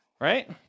right